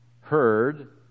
heard